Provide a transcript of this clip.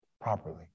properly